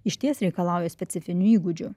išties reikalauja specifinių įgūdžių